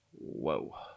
whoa